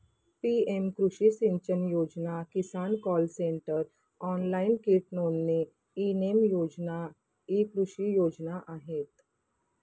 PM कृषी सिंचन योजना, किसान कॉल सेंटर, ऑनलाइन कीट नोंदणी, ई नेम योजना इ कृषी योजना आहेत